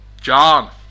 John